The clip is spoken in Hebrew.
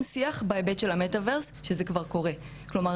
והחשיבות העצומה בחינוך והסברה.